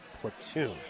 Platoon